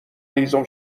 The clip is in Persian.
هیزم